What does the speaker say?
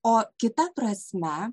o kita prasme